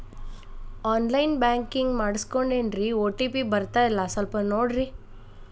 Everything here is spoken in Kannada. ಆನ್ ಲೈನ್ ಬ್ಯಾಂಕಿಂಗ್ ಮಾಡಿಸ್ಕೊಂಡೇನ್ರಿ ಓ.ಟಿ.ಪಿ ಬರ್ತಾಯಿಲ್ಲ ಸ್ವಲ್ಪ ನೋಡ್ರಿ